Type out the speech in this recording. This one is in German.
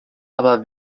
aber